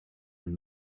and